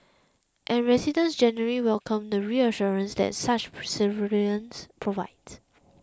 and residents generally welcome the reassurance that such per surveillance provides